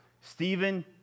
Stephen